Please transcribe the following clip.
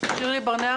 שירלי ברנע,